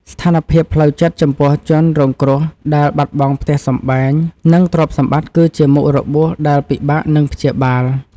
ស្ថានភាពផ្លូវចិត្តចំពោះជនរងគ្រោះដែលបាត់បង់ផ្ទះសម្បែង និងទ្រព្យសម្បត្តិគឺជាមុខរបួសដែលពិបាកនឹងព្យាបាល។